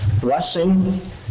blessing